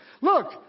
Look